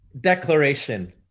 declaration